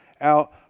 out